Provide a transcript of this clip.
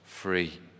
free